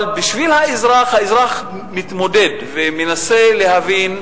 אבל בשביל האזרח, האזרח מתמודד ומנסה להבין,